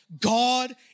God